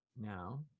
now